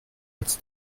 als